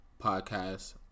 podcast